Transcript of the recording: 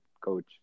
coach